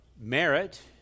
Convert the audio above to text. merit